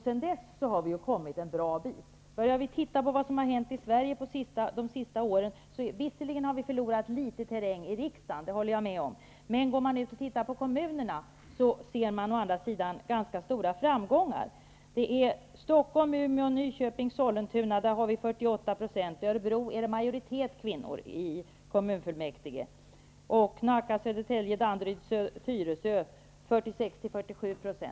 Sedan dess har vi ju kommit en bra bit. Tittar vi på vad som har hänt i Sverige de senaste åren finner vi att vi visserligen har förlorat litet terräng i riksdagen -- det håller jag med om -- men det som har hänt i kommunerna innebär å andra sidan ganska stora framgångar. I Stockholm, Umeå, Nyköping och Sollentuna har vi 48 %. I Örebro är det en majoritet kvinnor i kommunfullmäktige. I Nacka, Södertälje, Danderyd och Tyresö är det 46--47 %.